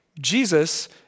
Jesus